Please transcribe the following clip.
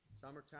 summertime